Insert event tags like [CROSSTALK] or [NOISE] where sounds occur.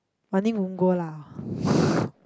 money won't go lah [BREATH]